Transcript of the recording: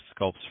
sculpts